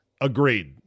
Agreed